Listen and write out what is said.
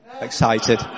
Excited